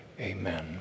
Amen